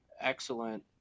excellent